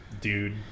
dude